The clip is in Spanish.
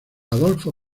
adolfo